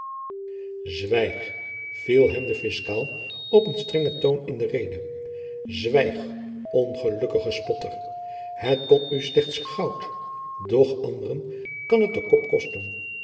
zwijg viel hem de fiscaal op een strengen toon in de rede zwijg ongelukkige spotter het kon u slechts goud doch anderen kan het den kop kosten